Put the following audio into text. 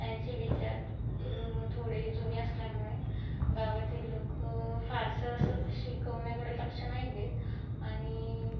त्यांचे विचार थोडे जुने असल्यामुळे गावातील लोकं फारसं असं शिकवण्याकडे लक्ष नाही देत आणि